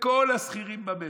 לכל השכירים במשק,